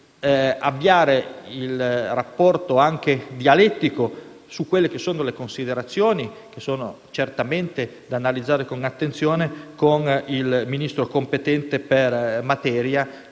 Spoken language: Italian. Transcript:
avviare un rapporto, anche dialettico, sulle considerazioni che sono certamente da analizzare con attenzione, con il Ministro competente per materia